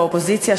האופוזיציה,